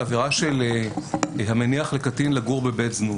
כמו המניח לקטין לגור בבית זנות.